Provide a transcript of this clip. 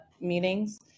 meetings